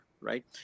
right